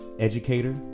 educator